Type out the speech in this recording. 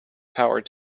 power